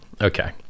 Okay